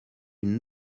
une